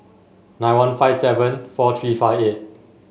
nine one five seven four three five eight